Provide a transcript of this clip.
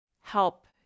help